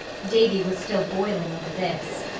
davy was still boiling over this.